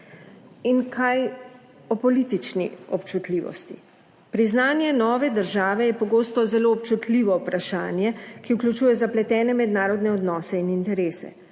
In kaj o politični občutljivosti? Priznanje nove države je pogosto zelo občutljivo vprašanje, ki vključuje zapletene mednarodne odnose in interese.